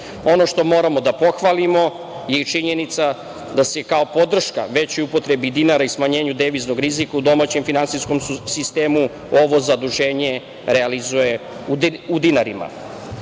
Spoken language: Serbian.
Ono što moramo da pohvalimo je činjenica da se kao podrška većoj upotrebi dinara i smanjenju deviznog rizika domaćem finansijskom sistemu ovo zaduženje realizuje u dinarima. Takođe,